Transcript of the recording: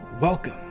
welcome